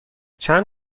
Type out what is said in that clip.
چند